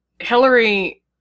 Hillary